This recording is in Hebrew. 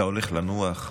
אתה הולך לנוח?